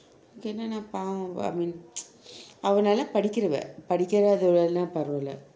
எனக்கு என்னென்ன பாவம்:enaku enaena paavam I mean அவள் நல்ல படிக்கிறவள் படிக்காதவள்னா பரவாயில்லை:aval nalla padikiraval padikathavalna paravayillai